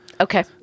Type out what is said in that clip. okay